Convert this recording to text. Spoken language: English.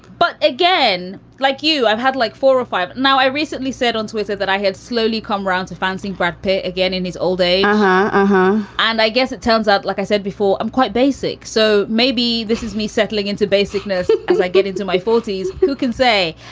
but again, like you, i've had like four or five. now, i recently said on twitter that i had slowly come round to fancying brad pitt again in his old age but and i guess it turns out, like i said before, i'm quite basic. so maybe this is me settling into basic nursing because i get into my forty s. who can say?